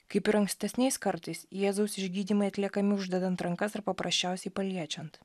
kaip ir ankstesniais kartais jėzaus išgydymai atliekami uždedant rankas ar paprasčiausiai paliečiant